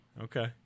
Okay